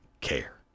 care